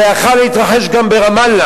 זה יכול להתרחש גם ברמאללה.